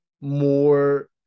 more